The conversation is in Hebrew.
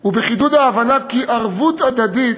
הוא בחידוד ההבנה כי ערבות הדדית